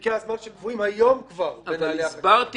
בפרקי הזמן שקבועים היום בנהלי החקירות.